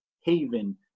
haven